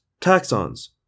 taxons